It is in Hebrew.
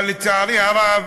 אבל, לצערי הרב,